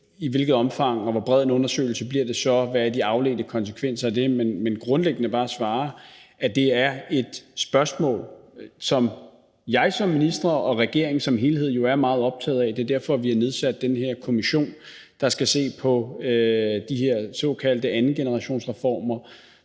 har, hvor bred den så bliver, og hvad de afledte konsekvenser af det er. Jeg vil grundlæggende bare svare, at det er et spørgsmål, som jeg som minister og regeringen som helhed jo er meget optaget af. Det er derfor, at vi har nedsat den her kommission, der skal se på de her såkaldte andengenerationsreformer,